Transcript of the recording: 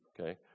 okay